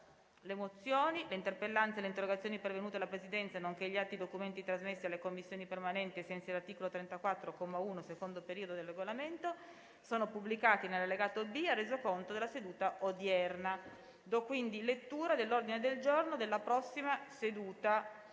Le mozioni, le interpellanze e le interrogazioni pervenute alla Presidenza, nonché gli atti e i documenti trasmessi alle Commissioni permanenti ai sensi dell'articolo 34, comma 1, secondo periodo, del Regolamento sono pubblicati nell'allegato B al Resoconto della seduta odierna. **Ordine del giorno per la seduta